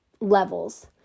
levels